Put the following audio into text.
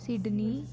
Sydney